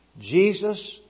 Jesus